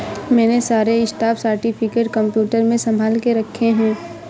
मैंने सारे stock certificate computer में संभाल के रखे हैं